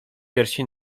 piersi